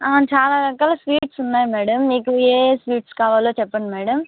చాలా రకాల స్వీట్స్ ఉన్నాయి మేడం మీకు ఏ స్వీట్స్ కావాలో చెప్పండి మేడం